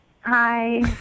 Hi